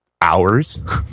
hours